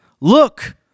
look